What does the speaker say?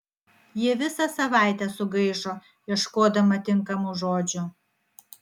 ji visą savaitę sugaišo ieškodama tinkamų žodžių